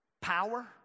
power